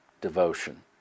Devotion